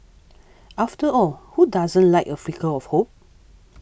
after all who doesn't like a flicker of hope